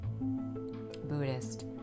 Buddhist